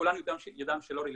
כולנו ידענו שזה לא רלוונטי.